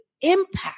impact